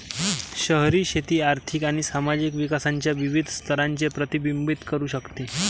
शहरी शेती आर्थिक आणि सामाजिक विकासाच्या विविध स्तरांचे प्रतिबिंबित करू शकते